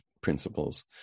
principles